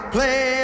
Play